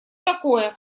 такое